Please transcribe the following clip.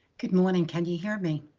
good morning, can you hear me?